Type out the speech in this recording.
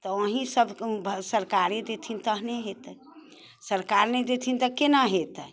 तऽ अहीं सब सरकारे देथिन तहने हेतै सरकार नहि देथिन तऽ केना हेतै